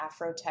Afrotech